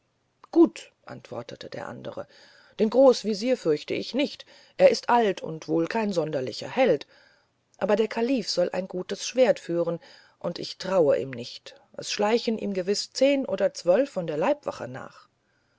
gut antwortete ein anderer den großwesir fürchte ich nicht er ist alt und wohl kein sonderlicher held aber der kalif soll ein gutes schwert führen und ich traue ihm nicht es schleichen ihm gewiß zehn oder zwölf von der leibwache nach